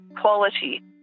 quality